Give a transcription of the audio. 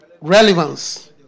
Relevance